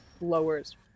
lowers